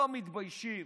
לא מתביישים,